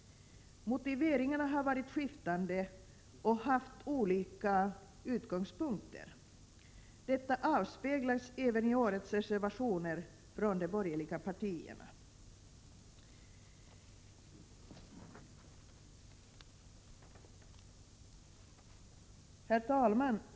Motiveringarna har varit skiftande och haft olika utgångspunkter. Detta avspeglas även i årets reservationer från de borgerliga partierna. Herr talman!